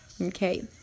Okay